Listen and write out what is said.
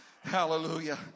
Hallelujah